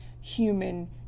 human